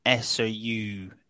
SOU